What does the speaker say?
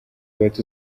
bato